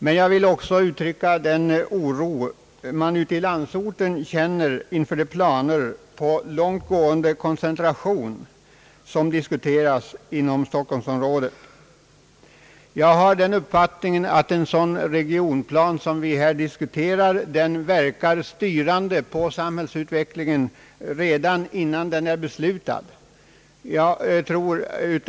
Men jag vill också uttrycka den oro man ute i landsorten känner inför de planer på långtgående koncentration som diskuteras inom stockholmsområdet. Jag har den uppfattningen att en sådan regionplan som vi här diskuterar verkar styrande på samhällsutvecklingen redan innan den är beslutad.